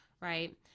Right